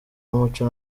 w’umuco